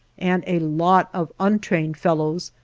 and a lot of untrained fellows,